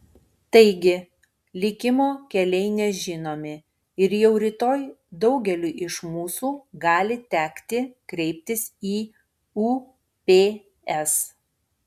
taigi likimo keliai nežinomi ir jau rytoj daugeliui iš mūsų gali tekti kreiptis į ups